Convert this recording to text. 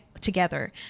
together